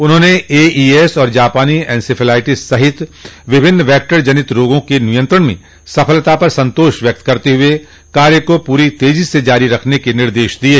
उन्होंने एईएस और जापानी इंसेफ्लाइटिस सहित विभिन्न वैक्टर जनित रोगों के नियंत्रण में सफलता पर संतोष व्यक्त करते हुए कार्य को पूरी तेजी से जारी रखने के निर्देश दिये